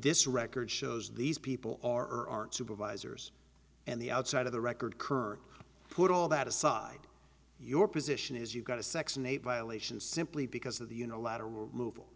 this record shows these people or supervisors and the outside of the record kirk put all that aside your position is you've got to section eight violations simply because of the unilateral removal